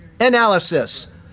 analysis